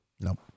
Nope